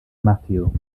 matthew